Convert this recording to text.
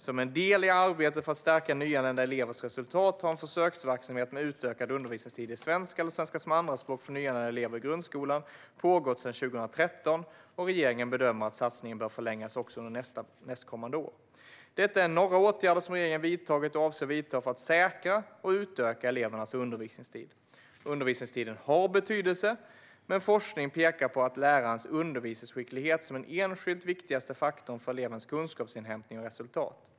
Som en del i arbetet för att stärka nyanlända elevers resultat har en försöksverksamhet med utökad undervisningstid i svenska eller svenska som andraspråk för nyanlända elever i grundskolan pågått sedan 2013. Regeringen bedömer att satsningen bör förlängas också under nästkommande år. Detta är några åtgärder som regeringen vidtagit och avser att vidta för att säkra och utöka elevernas undervisningstid. Undervisningstiden har betydelse, men forskning pekar på lärarens undervisningsskicklighet som den enskilt viktigaste faktorn för elevernas kunskapsinhämtning och resultat.